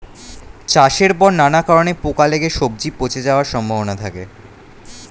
চাষের পর নানা কারণে পোকা লেগে সবজি পচে যাওয়ার সম্ভাবনা থাকে